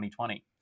2020